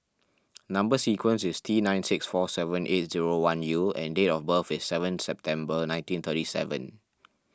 Number Sequence is T nine six four seven eight zero one U and date of birth is seven September nineteen thirty seven